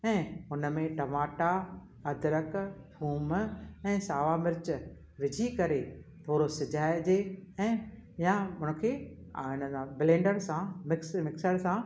ऐं हुन में टमाटा अद्रक थूम ऐं सावा मिर्चु विझी करे थोरो सिझाइजे ऐं या हुनखे या हिन सां बलैंडर सां मिक्स मिक्सर सां